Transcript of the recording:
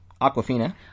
Aquafina